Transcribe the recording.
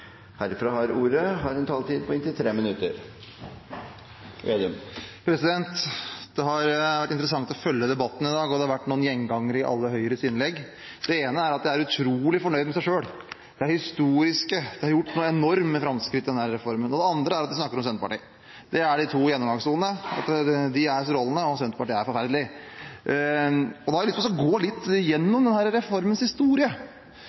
heretter får ordet, har en taletid på inntil 3 minutter. Det har vært interessant å følge debatten i dag, og det har vært noen gjengangere i alle Høyres innlegg. Det ene er at de er utrolig fornøyd med seg selv. Det er historisk, det er gjort noen enorme framskritt i denne reformen. Det andre er at de snakker om Senterpartiet. Det er de to gjennomgangstonene. De er strålende, og Senterpartiet er forferdelig. Da har jeg lyst til å gå litt gjennom denne reformens historie.